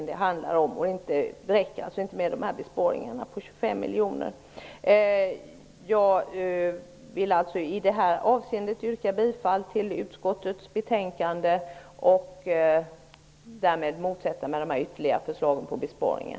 Det räcker alltså inte med dessa besparingar på 25 Jag vill i detta avseende yrka bifall till utskottets hemställan, och jag motsätter mig därmed dessa förslag till ytterligare besparingar.